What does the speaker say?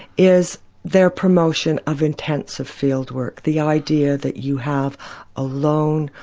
is their promotion of intensive field work the idea that you have a lone,